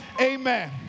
amen